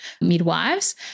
midwives